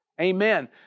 Amen